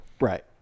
Right